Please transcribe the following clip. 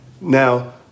Now